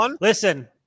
Listen